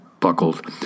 buckled